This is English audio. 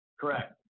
Correct